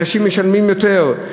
אנשים משלמים יותר.